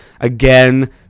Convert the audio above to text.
Again